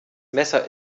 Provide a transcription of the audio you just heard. messer